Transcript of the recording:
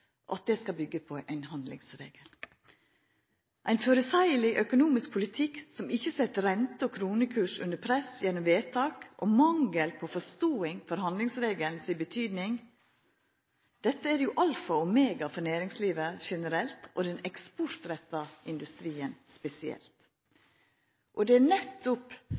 regjeringssamarbeid med Framstegspartiet skal byggja på handlingsregelen. Ein føreseieleg økonomisk politikk som ikkje set rente og kronekurs under press gjennom vedtak – og gjennom mangel på forståing for handlingsregelen si betyding – er jo alfa og omega for næringslivet generelt og for den eksportretta industrien spesielt. Det er nettopp